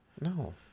No